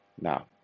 Now